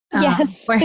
Yes